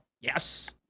Yes